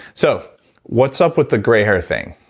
so what's up with the gray hair thing?